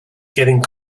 getting